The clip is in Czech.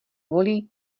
volí